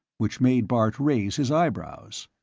which made bart raise his eyebrows.